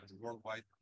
worldwide